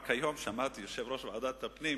רק היום שמעתי את יושב-ראש ועדת הפנים